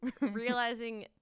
realizing